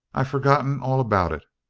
i've forgotten all about it.